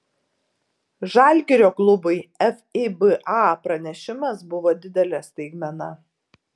žalgirio klubui fiba pranešimas buvo didelė staigmena